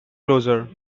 closure